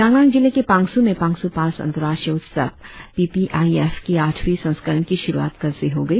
चांगलांग जिले के पांगसू में पांगसू पास अंतर्राष्ट्रीय उत्सव पी पी आई एफ़ की आठवी संस्करण की शुरुआत कल से हो गई